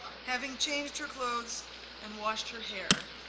having changed her clothes and washed her hair.